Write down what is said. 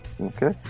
okay